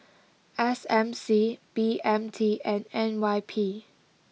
S M C B M T and N Y P